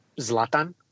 Zlatan